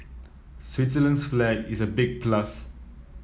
Switzerland's flag is a big plus